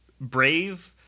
Brave